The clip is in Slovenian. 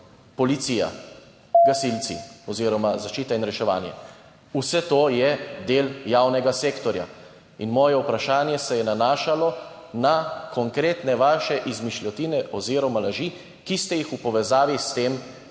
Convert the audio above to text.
policija, gasilci oziroma zaščita in reševanje, vse to je del javnega sektorja. Moje vprašanje se je nanašalo na konkretne vaše izmišljotine oziroma laži, ki ste jih izrekli v povezavi s tem.